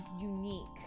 unique